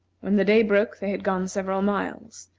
when the day broke they had gone several miles,